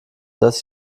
dass